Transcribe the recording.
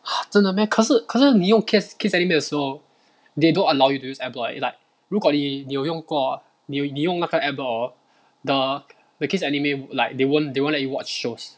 !huh! 真的 meh 可是可是你用 kiss kiss anime 的时候 they don't allow you to use ad block is like 如果你你有用过你你用那个 ad block orh the the kiss anime like they won't they won't let you watch shows